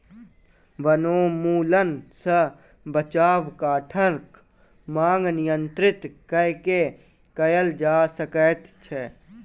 वनोन्मूलन सॅ बचाव काठक मांग नियंत्रित कय के कयल जा सकै छै